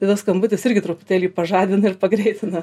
tada skambutis irgi truputėlį pažadina ir pagreitina